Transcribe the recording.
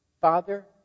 Father